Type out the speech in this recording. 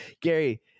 Gary